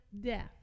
death